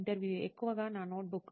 ఇంటర్వ్యూఈ ఎక్కువగా నా నోట్బుక్